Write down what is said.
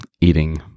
eating